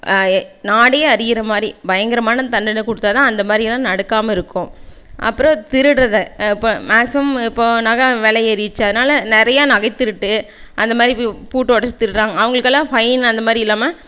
நாடே அறியிர மாரி பயங்கரமான தண்டனை கொடுத்தாதான் அந்த மாரிலாம் நடக்காமல் இருக்கும் அப்புறம் திருடுறது இப்போ நகை விலை ஏறிருச்சு நிறைய நகைத்திருட்டு அந்த மாரி பூ பூட்டை உடச்சி திருடுறாங்க அவங்களுக்கெல்லாம் ஃபைன் அந்த மாரி இல்லாமல்